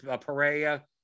Perea